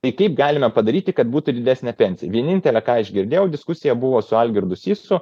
tai kaip galime padaryti kad būtų didesnė pensija vienintelė ką aš girdėjau diskusiją buvo su algirdu sysu